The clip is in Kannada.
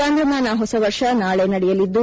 ಚಾಂದ್ರಮಾನ ಹೊಸ ವರ್ಷ ನಾಳಿ ನಡೆಯಲಿದ್ದು